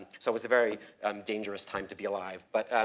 so it was a very um dangerous time to be alive. but.